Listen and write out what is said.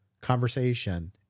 conversation